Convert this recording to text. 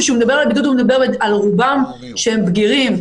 וכשהוא מדבר על בידוד הוא מדבר על רובם שהם בגירים.